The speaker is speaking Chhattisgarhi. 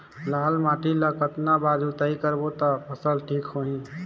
लाल माटी ला कतना बार जुताई करबो ता फसल ठीक होती?